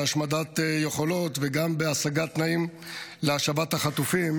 בהשמדת יכולות וגם בהשגת תנאים להשבת החטופים,